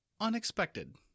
unexpected